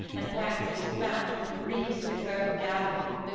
and waxes fat with griefs of its own gathering